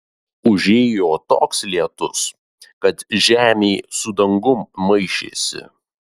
užėjo toks lietus kad žemė su dangum maišėsi